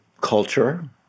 culture